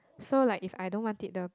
so like if I don't want it the